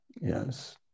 yes